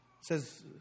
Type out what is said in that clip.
says